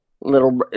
Little